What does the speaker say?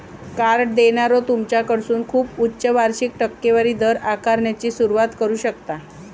card देणारो तुमच्याकडसून खूप उच्च वार्षिक टक्केवारी दर आकारण्याची सुरुवात करू शकता